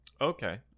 Okay